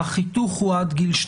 החיתוך הוא עד גיל 12?